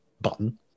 button